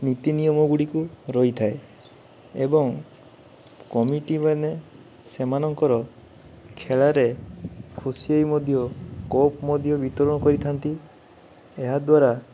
ନୀତି ନିୟମ ଗୁଡ଼ିକୁ ରହିଥାଏ ଏବଂ କମିଟି ମାନେ ସେମାନଙ୍କର ଖେଳରେ ଖୁସି ମଧ୍ୟ କପ୍ ମଧ୍ୟ ବିତରଣ କରିଥାନ୍ତି ଏହାଦ୍ୱାରା